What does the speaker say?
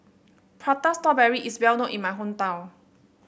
Prata Strawberry is well known in my hometown